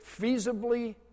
feasibly